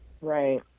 Right